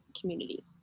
community